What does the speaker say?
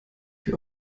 für